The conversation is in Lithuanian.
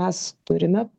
mes turime